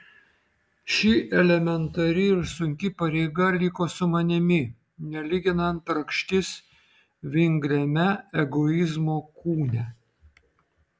ši elementari ir sunki pareiga liko su manimi nelyginant rakštis vingriame egoizmo kūne